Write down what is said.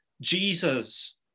Jesus